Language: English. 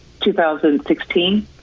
2016